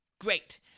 Great